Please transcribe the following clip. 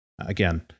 again